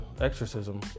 exorcism